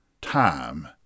time